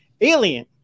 alien